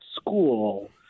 school